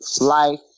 life